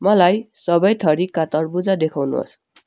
मलाई सबै थरीका तरबुजा देखाउनुहोस्